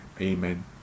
Amen